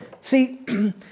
See